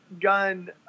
gun